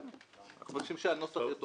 אנחנו מבקשים שהנוסח יתואם.